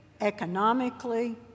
economically